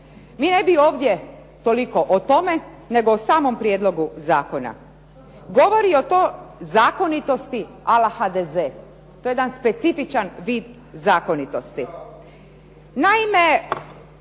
Mi ne bi ovdje toliko o tome, nego o samom prijedlogu zakona. Govori to o zakonitosti a la HDZ. To je jedan specifičan vid zakonitosti.